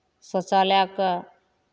शौचालयकेँ